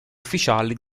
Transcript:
ufficiale